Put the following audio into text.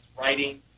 writing